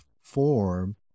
form